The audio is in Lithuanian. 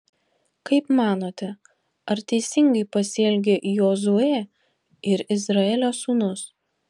kaip manote ar teisingai pasielgė jozuė ir izraelio sūnus